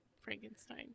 Frankenstein